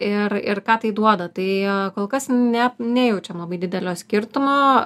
ir ir ką tai duoda tai jo kol kas net nejaučiame labai didelio skirtumo